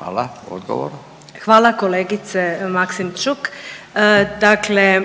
Danica (HDZ)** Hvala kolegice Maksimčuk. Dakle